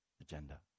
agenda